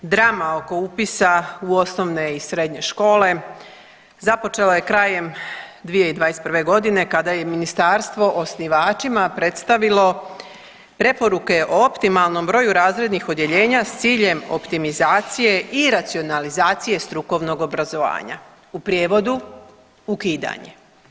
Drama oko upisa u osnovne i srednje škole započela je krajem 2021.g. kada je ministarstvo osnivačima predstavilo preporuke o optimalnom broju razrednih odjeljenja s ciljem optimizacije i racionalizacije strukovnog obrazovanja, u prijevodu ukidanje.